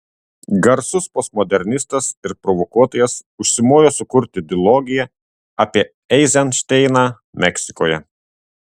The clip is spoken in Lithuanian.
garsus postmodernistas ir provokuotojas užsimojo sukurti dilogiją apie eizenšteiną meksikoje